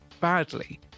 badly